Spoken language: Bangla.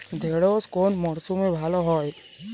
ঢেঁড়শ কোন মরশুমে ভালো হয়?